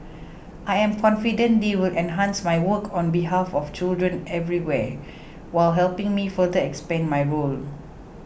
I am confident they will enhance my work on behalf of children everywhere while helping me further expand my role